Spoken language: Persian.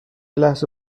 لحظه